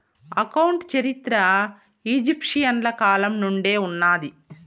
account చరిత్ర ఈజిప్షియన్ల కాలం నుండే ఉన్నాది